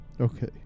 Okay